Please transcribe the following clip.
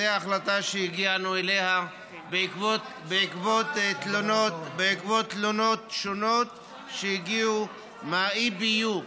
זו החלטה שהגענו אליה בעקבות תלונות שונות שהגיעו מה-EBU,